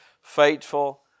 faithful